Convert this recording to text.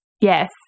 Yes